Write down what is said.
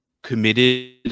Committed